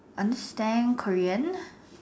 understand Korean